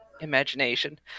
imagination